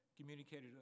communicated